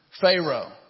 Pharaoh